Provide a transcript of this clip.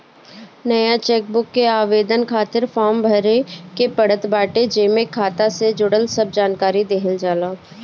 नया चेकबुक के आवेदन खातिर फार्म भरे के पड़त बाटे जेमे खाता से जुड़ल सब जानकरी देहल जाला